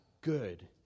good